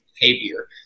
behavior